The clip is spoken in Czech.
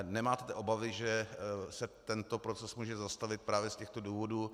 Nemáte obavy, že se tento proces může zastavit právě z těchto důvodů?